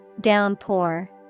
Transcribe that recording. Downpour